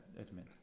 admit